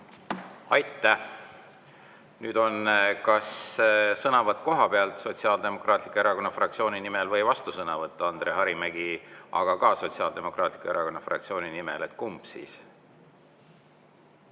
Aitäh! Nüüd on kas sõnavõtt kohapealt Sotsiaaldemokraatliku Erakonna fraktsiooni nimel või vastusõnavõtt, Andre Hanimägi, ka Sotsiaaldemokraatliku Erakonna fraktsiooni nimel. Kumb siis?